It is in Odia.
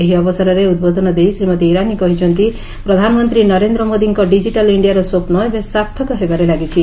ଏହି ଅବସରରେ ଉଦ୍ବୋଧନ ଦେଇ ଶ୍ରୀମତୀ ଇରାନୀ କହିଛନ୍ତି ପ୍ରଧାନମନ୍ତ୍ରୀ ନରେନ୍ଦ୍ର ମୋଦିଙ୍କ ଡିକିଟାଲ୍ ଇଷ୍ଠିଆର ସ୍ୱପ୍ନ ଏବେ ସାର୍ଥକ ହେବାରେ ଲାଗିଛି